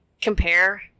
compare